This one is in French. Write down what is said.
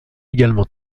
également